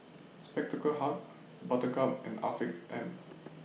Spectacle Hut Buttercup and Afiq M